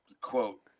quote